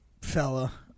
fella